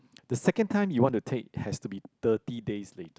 the second you want to take has to be thirty days later